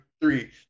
three